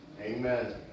Amen